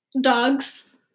Dogs